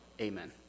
amen